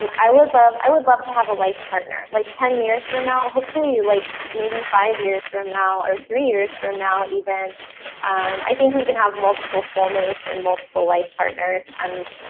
um i would love i would love to have a life partner like ten years from now. hopefully like maybe five years from now or three years from now, even i think we can have multiple soulmates and multiple life partners. um.